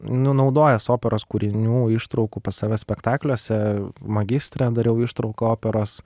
nu naudojęs operos kūrinių ištraukų pas save spektakliuose magistre dariau ištrauką operos